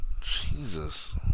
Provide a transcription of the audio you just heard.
Jesus